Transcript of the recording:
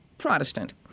Protestant